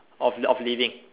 of of living